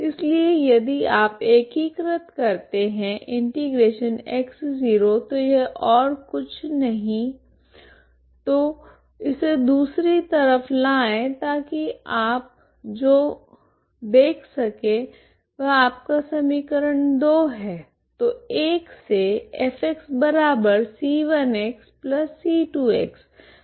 इसलिए यदि आप एकीकृत करते हैं ∫ x0 तो यह और कुछ नहीं तो इसे दूसरी तरफ लाएँ ताकि आप जो देख सकें वह आपका समी है तो से f c1c2